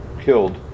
killed